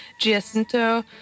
Giacinto